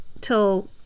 till